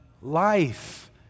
life